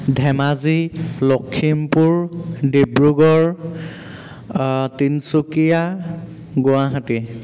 Dhemaji Lakhimpur Dibrugarh Tinsukia Guwahati